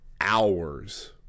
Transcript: hours